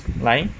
来